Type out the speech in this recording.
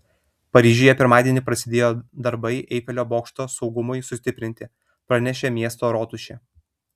paryžiuje pirmadienį prasidėjo darbai eifelio bokšto saugumui sustiprinti pranešė miesto rotušė